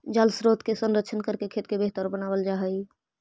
जलस्रोत के संरक्षण करके खेत के बेहतर बनावल जा हई